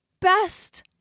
best